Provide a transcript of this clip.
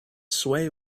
sway